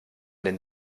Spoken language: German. den